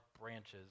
branches